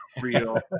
real